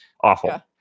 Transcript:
Awful